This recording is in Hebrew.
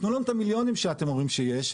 תנו לנו את המיליונים שאתם אומרים שיש,